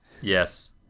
Yes